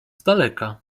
daleka